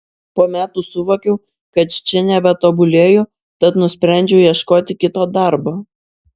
po metų suvokiau kad čia nebetobulėju tad nusprendžiau ieškoti kito darbo